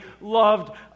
loved